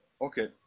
Okay